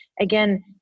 again